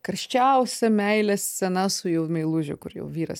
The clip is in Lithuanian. karščiausia meilės scena su jau meilužiu kur jau vyras